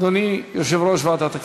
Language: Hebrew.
אדוני יושב-ראש ועדת הכספים,